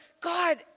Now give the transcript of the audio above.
God